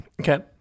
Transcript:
Okay